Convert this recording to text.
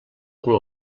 cul